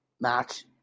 match